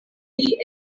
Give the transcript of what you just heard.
ili